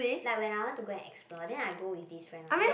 like when I want to go and explore then I go with this friend right then